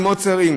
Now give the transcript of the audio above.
עם עוד שרים.